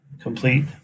complete